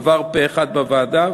הוא עבר פה-אחד בוועדה,